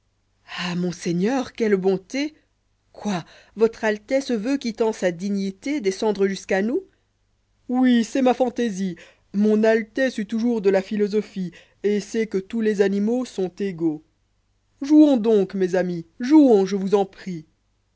ali monseigneur quelle bonté quoi votre altesse veut quittant sa dignité descendre jusqu'à nous oui c'est ma fantaisie mon altesse eut toujours de la philosophie v î o fables et sait que tous les animaux sont égaux jouons donc mes amis jouons je vous en prie